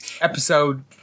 episode